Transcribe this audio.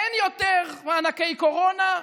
אין יותר מענקי קורונה.